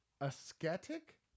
Ascetic